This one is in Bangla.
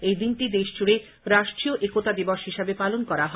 এই দিনটি দেশজুড়ে রাষ্ট্রীয় একতা দিবস হিসাবে পালন করা হয়